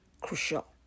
crucial